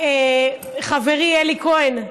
חברי אלי כהן,